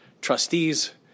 trustees